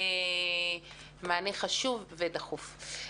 מענה חשוב ודחוף.